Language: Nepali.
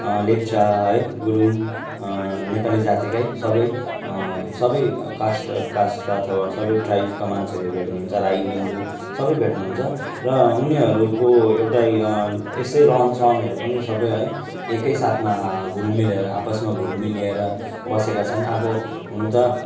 लेप्चा है गुरुङ नेपाली जातिकै सबै सबै कास्ट कास्टका अथवा सबै ट्राइब्सका मान्छेहरू भेट्नु हुन्छ राई लिम्बू सबै भेट्नु हुन्छ र उनीहरूको एउटै यसै रहन सहनहरू पनि सबै है एकै साथमा घुलमिल आपसमा घुलमिलेर बसेका छन् अब हुनु त